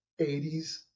80s